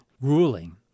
ruling